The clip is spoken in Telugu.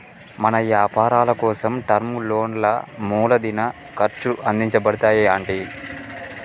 మన యపారాలకోసం టర్మ్ లోన్లా మూలదిన ఖర్చు అందించబడతాయి అంటి